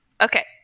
okay